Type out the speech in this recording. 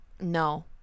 No